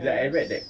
yes